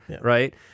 right